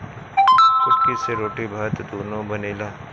कुटकी से रोटी भात दूनो बनेला